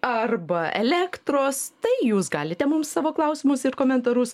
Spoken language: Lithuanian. arba elektros tai jūs galite mums savo klausimus ir komentarus